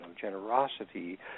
generosity